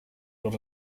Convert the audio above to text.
los